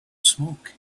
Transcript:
smoke